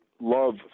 love